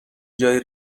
جایی